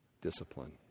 discipline